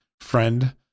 friend